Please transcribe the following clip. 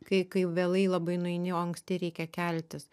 kai kai vėlai labai nueini o anksti reikia keltis